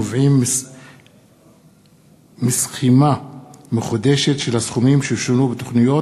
תיקונים הנובעים מסכימה מחודשת של הסכומים ששונו בתוכניות,